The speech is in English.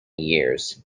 years